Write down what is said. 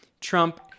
Trump